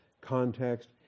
context